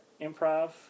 Improv